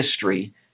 history